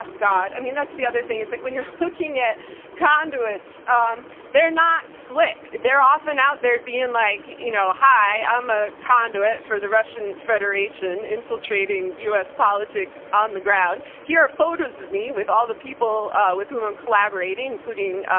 ah god. i mean that's the other thing, it's like when you're looking at conduits, um they're not slick. they're often out there being like, you know, hi, i'm a conduit for the russian federation, infiltrating u. s. politics on the ground. here are photos of me with all the people with whom i'm collaborating. including,